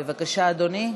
בבקשה, אדוני.